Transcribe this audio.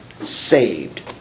saved